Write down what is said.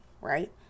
right